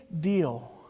deal